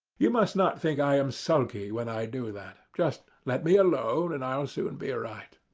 you must not think i am sulky when i do that. just let me alone, and i'll soon be right.